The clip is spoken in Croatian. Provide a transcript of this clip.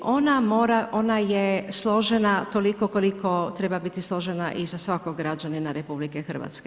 Ona je složena toliko koliko treba biti složena i za svakog građanina RH.